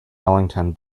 ellington